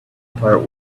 part